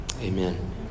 amen